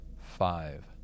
five